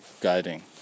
guiding